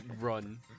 run